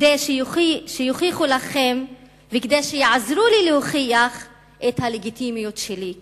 כדי שיוכיחו לכם וכדי שיעזרו לי להוכיח את הלגיטימיות שלי כאן.